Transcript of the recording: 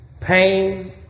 pain